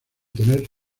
tener